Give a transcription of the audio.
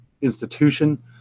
institution